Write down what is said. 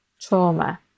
trauma